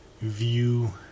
view